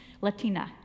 Latina